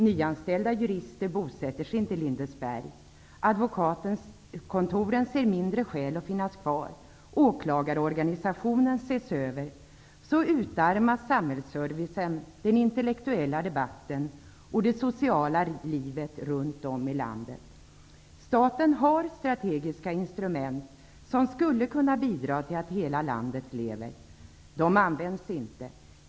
Nyanställda jurister bosätter sig inte i Lindesberg. Advokatkontoren anser att det finns få skäl att vara kvar. Åklagarorganisationen ses över. Så utarmas samhällsservicen, den intellektuella debatten och det sociala livet runt om i landet. Staten har strategiska instrument, som skulle kunna bidra till att hela landet skall leva. De används inte.